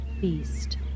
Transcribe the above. feast